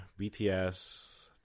BTS